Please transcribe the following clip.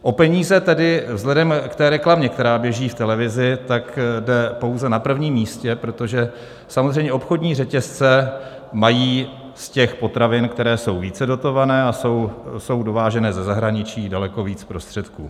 O peníze tedy vzhledem k reklamě, která běží v televizi, tak jde pouze na prvním místě, protože samozřejmě obchodní řetězce mají z těch potravin, které jsou více dotované a jsou dovážené ze zahraničí, daleko víc prostředků.